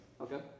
Okay